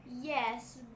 Yes